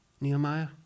Nehemiah